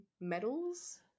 medals